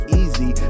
easy